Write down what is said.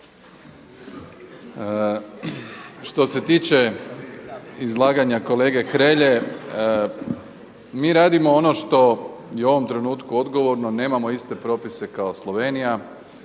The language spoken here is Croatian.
Što se tiče izlaganja kolege Hrelje, mi radimo ono što je u ovom trenutku odgovorno, nemamo iste propise kao Slovenija.